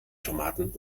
tomaten